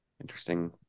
interesting